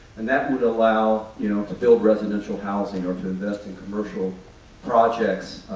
and that would allow you know to build residential housing or to invest in commercial projects,